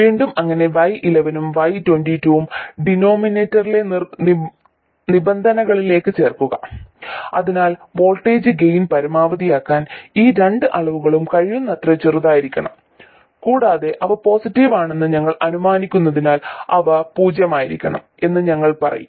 വീണ്ടും അങ്ങനെ y11 ഉം y22 ഉം ഡിനോമിനേറ്ററിലെ നിബന്ധനകളിലേക്ക് ചേർക്കുക അതിനാൽ വോൾട്ടേജ് ഗെയിൻ പരമാവധിയാക്കാൻ ഈ രണ്ട് അളവുകളും കഴിയുന്നത്ര ചെറുതായിരിക്കണം കൂടാതെ അവ പോസിറ്റീവ് ആണെന്ന് ഞങ്ങൾ അനുമാനിക്കുന്നതിനാൽ അവ പൂജ്യമായിരിക്കണം എന്ന് ഞങ്ങൾ പറയും